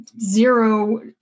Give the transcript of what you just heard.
zero